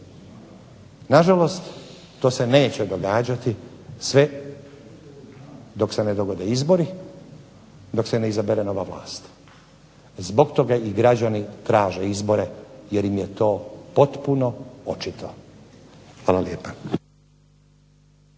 Nažalost, to se neće događati sve dok se ne dogode izbori, dok se ne izabere nova vlast. zbog toga i građani traže izbore, jer im je to potpuno očito. Hvala lijepa.